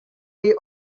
jej